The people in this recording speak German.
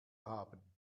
haben